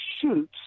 Shoots